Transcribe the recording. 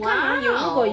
!wow!